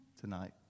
tonight